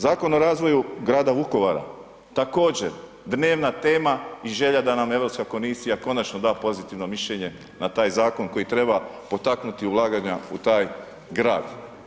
Zakon o razvoju Grada Vukovara, također dnevna tema i želja da nam Europska komisija konačno da pozitivno mišljenje na taj Zakon koji treba potaknuti ulaganja u taj Grad.